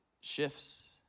shifts